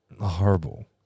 Horrible